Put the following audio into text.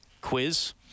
quiz